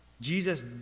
Jesus